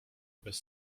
bez